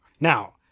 Now